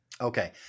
Okay